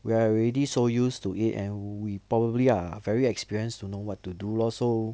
we are already so used to it and we probably are very experience to know what to do lor so